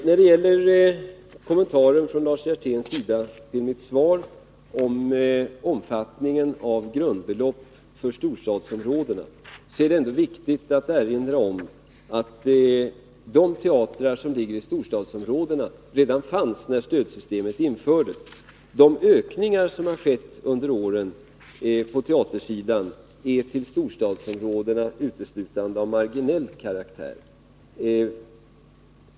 I anslutning till Lars Hjerténs kommentar till mitt svar i fråga om omfattningen av grundbelopp för storstadsområdena är det viktigt att erinra om att de teatrar som ligger i storstadsområdena redan fanns när stödsystemet infördes. De ökningar på teatersidan som har skett under åren för storstadsområdenas del är uteslutande av marginell karaktär.